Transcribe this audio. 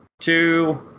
two